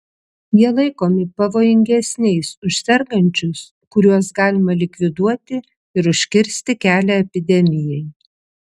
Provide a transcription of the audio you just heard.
jie laikomi pavojingesniais už sergančius kuriuos galima likviduoti ir užkirsti kelią epidemijai